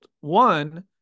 One